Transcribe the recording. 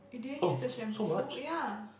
you didn't use the shampoo ya